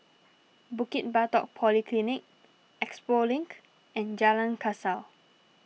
Bukit Batok Polyclinic Expo Link and Jalan Kasau